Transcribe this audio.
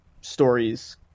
stories